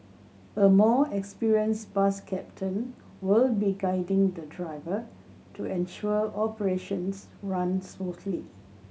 a more experienced bus captain will be guiding the driver to ensure operations run smoothly